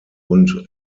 und